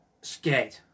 Scared